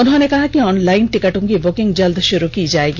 उन्होंने कहा कि ऑनलाइन टिकटों की बुकिंग जल्द शुरू की जाएगी